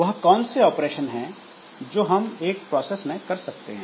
वह कौन से ऑपरेशन हैं जो हम एक प्रोसेस में कर सकते हैं